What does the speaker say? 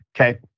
okay